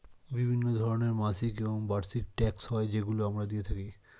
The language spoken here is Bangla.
বিভিন্ন ধরনের মাসিক এবং বার্ষিক ট্যাক্স হয় যেগুলো আমরা দিয়ে থাকি